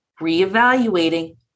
reevaluating